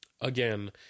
Again